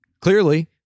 Clearly